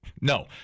No